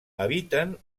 habiten